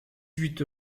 huit